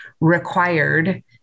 required